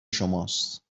شماست